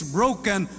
broken